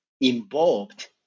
involved